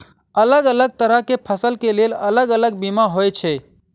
अलग अलग तरह केँ फसल केँ लेल अलग अलग बीमा होइ छै?